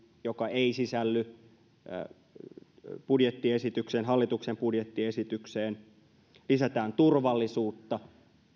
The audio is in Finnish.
joka ei sisälly hallituksen budjettiesitykseen täällä lisätään turvallisuutta